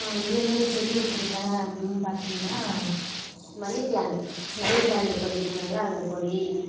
நான் வந்து என்னென்ன செடி வச்சிருக்கேன் அப்படின்னு பார்த்திங்கன்னா மணி பிளாண்ட் மணி பிளாண்ட் கொடி இருக்கும்ல அந்த கொடி